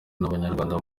n’abanyarwanda